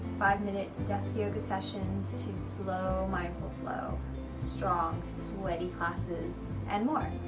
five minute desk yoga sessions to slow mindful flow strong sweaty classes and more!